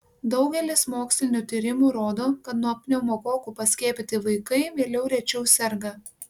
daugelis mokslinių tyrimų rodo kad nuo pneumokokų paskiepyti vaikai vėliau rečiau serga